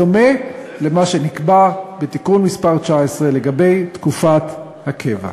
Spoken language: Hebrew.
בדומה למה שנקבע בתיקון מס' 19 לגבי תקופת הקבע.